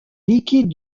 liquide